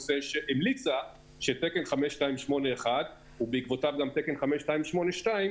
המליצה שתקן 5281 ובעקבותיו גם תקן 5282,